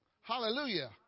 Hallelujah